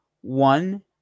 One